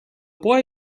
boy